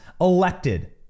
elected